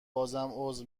عذر